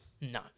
No